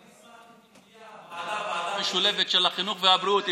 אני אשמח אם תהיה ועדה משולבת של החינוך והבריאות.